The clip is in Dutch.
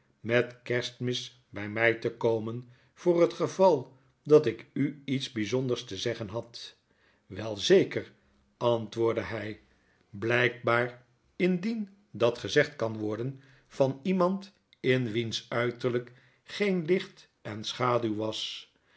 met kerstmis by my te komen voor het geval dat ik u iets bijzonders te zeggen had wel zeker antwoordde hy blijkbaar indien dat gezegd kan worden van iemand in wiens uiterlyk geen licht en schaduw was